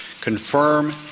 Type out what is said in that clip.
confirm